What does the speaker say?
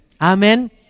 Amen